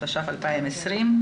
התש"ף-2020,